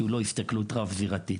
בהסתכלות שהיא לא רב-זירתית.